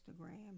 Instagram